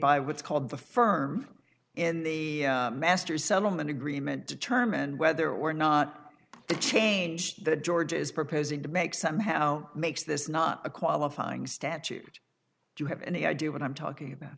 by what's called the firm in the masters settlement agreement determined whether or not the change that george is proposing to make somehow makes this not a qualifying statute do you have any idea what i'm talking about